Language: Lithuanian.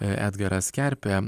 edgaras kerpė